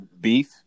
beef